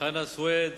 חנא סוייד,